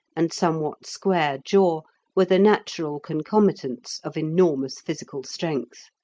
and somewhat square jaw were the natural concomitants of enormous physical strength.